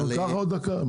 קח עוד דקה.